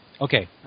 Okay